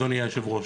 אדוני היושב-ראש.